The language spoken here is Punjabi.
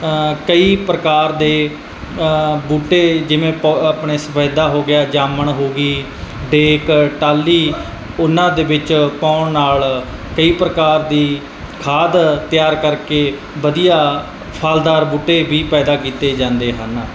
ਕਈ ਪ੍ਰਕਾਰ ਦੇ ਬੂਟੇ ਜਿਵੇਂ ਪ ਆਪਣੇ ਸਫ਼ੈਦਾ ਹੋ ਗਿਆ ਜਾਮਣ ਹੋ ਗਈ ਡੇਕ ਟਾਲੀ ਉਹਨਾਂ ਦੇ ਵਿੱਚ ਪਾਉਣ ਨਾਲ ਕਈ ਪ੍ਰਕਾਰ ਦੀ ਖਾਦ ਤਿਆਰ ਕਰਕੇ ਵਧੀਆ ਫਲਦਾਰ ਬੂਟੇ ਵੀ ਪੈਦਾ ਕੀਤੇ ਜਾਂਦੇ ਹਨ